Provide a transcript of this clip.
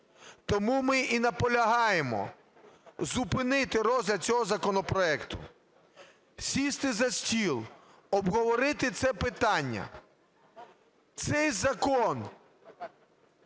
Тому ми і наполягаємо зупинити розгляд цього законопроекту. Сісти за стіл, обговорити це питання. Цей закон